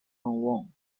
wong